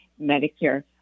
Medicare